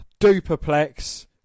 duperplex